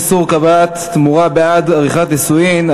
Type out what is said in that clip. איסור קבלת תמורה בעד עריכת נישואין),